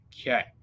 Okay